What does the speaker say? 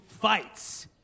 fights